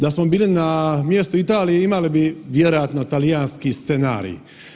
Da smo bili na mjestu Italije imali bi vjerojatno talijanski scenarij.